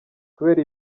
kubera